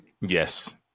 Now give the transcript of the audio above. yes